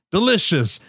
Delicious